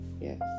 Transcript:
yes